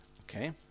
Okay